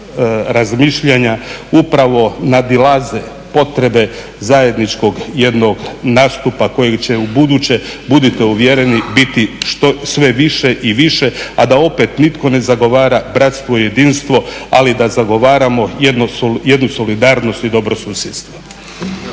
razmišljanja upravo nadilaze potrebe zajedničkog jednog nastupa kojeg će ubuduće budite uvjereni biti sve više i više, a da opet nitko ne zagovara bratstvo i jedinstvo, ali da zagovaramo jednu solidarnost i dobro susjedstvo.